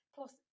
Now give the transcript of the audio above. Plus